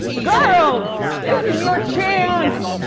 girls. this is your chance.